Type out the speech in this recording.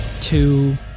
Two